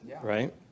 Right